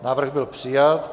Návrh byl přijat.